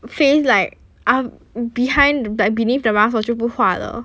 face like um behind like beneath the mask 我就不划了